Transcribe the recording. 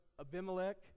Abimelech